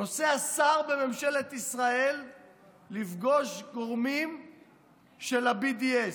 נוסע שר בממשלת ישראל לפגוש גורמים של ה-BDS,